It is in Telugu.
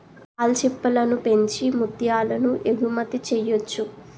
ఆల్చిప్పలను పెంచి ముత్యాలను ఎగుమతి చెయ్యొచ్చు